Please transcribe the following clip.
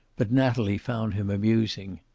but natalie found him amusing.